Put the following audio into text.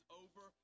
over